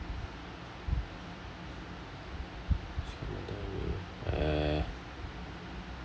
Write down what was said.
uh